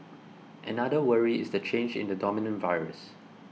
another worry is the change in the dominant virus